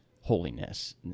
holiness